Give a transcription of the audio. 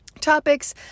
topics